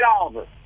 Oliver